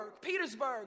Petersburg